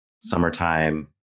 summertime